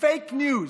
פייק ניוז.